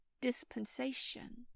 dispensation